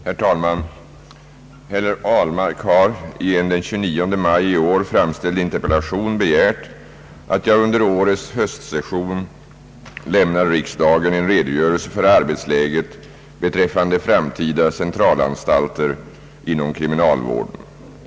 Herr talman! Herr Ahlmark har i en den 29 maj i år framställd interpellation begärt att jag under årets höstsession lämnar riksdagen en redogörelse för arbetsläget beträffande framtida centralanstalter inom kriminalvården.